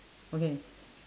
okay